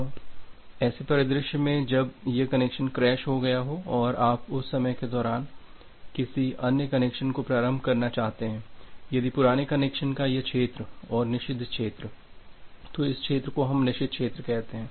अब ऐसे परिदृश्य में जब यह कनेक्शन क्रैश हो गया हो और आप उस समय के दौरान किसी अन्य कनेक्शन को प्रारंभ करना चाहते हैं यदि पुराने कनेक्शन का या क्षेत्र और निषिद्ध क्षेत्र तो इस क्षेत्र को हम निषिद्ध क्षेत्र कहते हैं